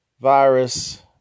virus